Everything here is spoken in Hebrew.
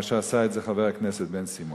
מכפי שעשה את זה חבר הכנסת בן-סימון.